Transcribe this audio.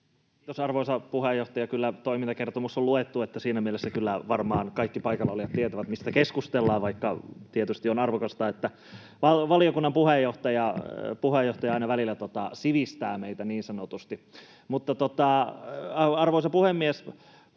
Kiitos, arvoisa puheenjohtaja! Kyllä toimintakertomus on luettu, niin että siinä mielessä kyllä varmaan kaikki paikallaolijat tietävät, mistä keskustellaan, vaikka tietysti on arvokasta, että valiokunnan puheenjohtaja aina välillä niin sanotusti sivistää meitä. Arvoisa puhemies!